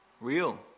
real